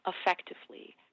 effectively